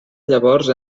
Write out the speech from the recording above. llavors